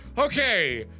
okay!